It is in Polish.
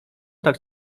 tak